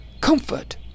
comfort